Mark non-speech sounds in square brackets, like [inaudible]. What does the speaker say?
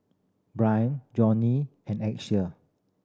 [unintelligible] Johney and [unintelligible]